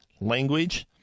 language